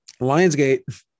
Lionsgate